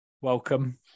Welcome